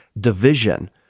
division